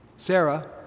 Sarah